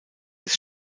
des